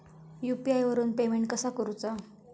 UPI वरून payment कसा करूचा?